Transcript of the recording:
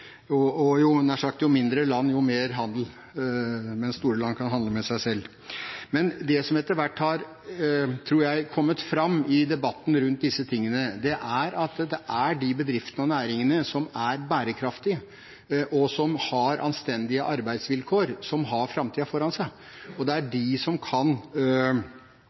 og jo – nær sagt – mindre land, jo mer handel, mens store land kan handle med seg selv. Men det som etter hvert har – tror jeg – kommet fram i debatten rundt disse tingene, er at det er de bedriftene og næringene som er bærekraftige, og som har anstendige arbeidsvilkår, som har framtiden foran seg. Det er de som kan